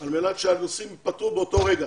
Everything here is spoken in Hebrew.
על מנת שהנושאים יפתרו באותו רגע